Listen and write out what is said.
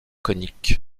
conique